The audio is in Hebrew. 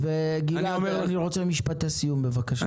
גלעד, אני רוצה משפטי סיום בבקשה.